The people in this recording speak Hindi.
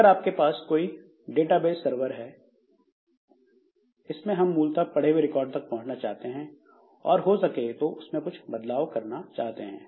अगर आपके पास कोई डेटाबेस सरवर है तो इसमें हम मूलतः पढ़े हुए रिकॉर्ड तक पहुंचना चाहते हैं और हो सके तो उनमें कुछ बदलाव करते हैं